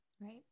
Right